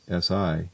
Si